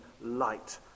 light